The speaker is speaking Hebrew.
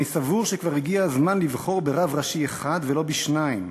אני סבור שכבר הגיע הזמן לבחור ברב ראשי אחד ולא בשניים,